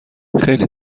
خیلی